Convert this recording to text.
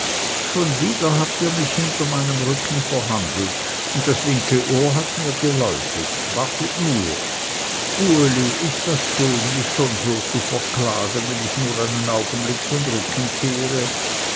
schon wieder habt ihr mich hinter meinem rücken verhandelt und das linke ohr hat mir geläutet wartet nur uli ist das schön mich schon so zu verklagen wenn ich nur einen augenblick den rücken kehre